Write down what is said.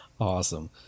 Awesome